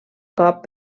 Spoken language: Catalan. cop